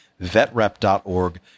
Vetrep.org